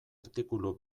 artikulu